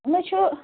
مےٚ چھُ